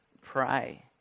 pray